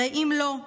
הרי אם לא,